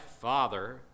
father